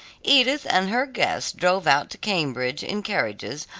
edith and her guests drove out to cambridge in carriages,